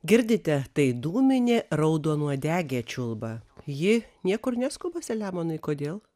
girdite tai dūminė raudonuodegė čiulba ji niekur neskuba selemonai kodėl